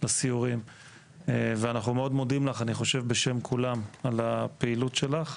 אנחנו מאוד מודים לך בשם כולם על הפעילות שלך.